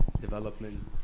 development